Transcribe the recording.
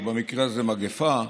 או במקרה הזה מגפה,